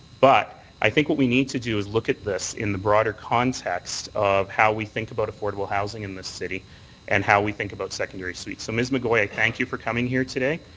but i think what we need to do is look at this in the broader context of how we think about affordable housing in this city and how we think about secondary suites, so miss mcgoy, i thank you for coming here today,